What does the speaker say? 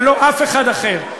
ולא אף אחד אחר.